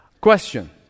Question